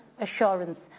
assurance